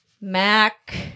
Mac